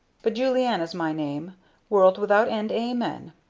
but julianna's my name world without end amen.